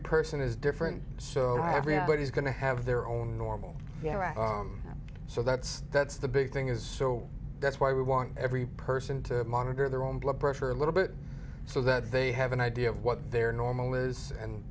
person is different so everybody's going to have their own normal yeah right so that's that's the big thing is so that's why we want every person to monitor their own blood pressure a little bit so that they have an idea of what their normal is and